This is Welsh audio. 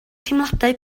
teimladau